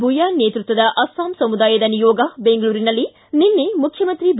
ಬುಯಾನ್ ನೇತೃತ್ವದ ಅಸ್ಲಾಂ ಸಮುದಾಯದ ನಿಯೋಗ ಬೆಂಗಳೂರಿನಲ್ಲಿ ನಿನ್ನೆ ಮುಖ್ಯಮಂತ್ರಿ ಬಿ